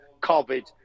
COVID